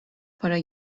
para